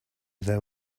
they